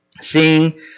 Seeing